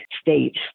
state